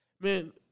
man